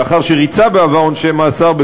לאחר שריצה בעבר עונשי מאסר,